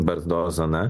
barzdos zona